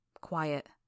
quiet